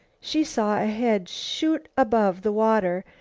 she saw a head shoot above the water,